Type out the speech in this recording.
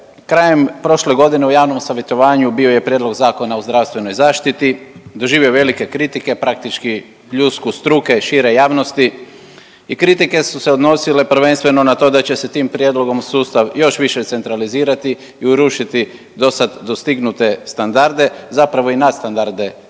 Krajem prošle godine u javnom savjetovanju bio je Prijedlog zakona o zdravstvenoj zaštiti, doživio je velike kritike, praktički pljusku struke i šire javnosti i kritike su se odnosile prvenstveno na to da će se tim prijedlogom sustav još više centralizirati i urušiti do sad dostignute standarde, zapravo i nadstandarde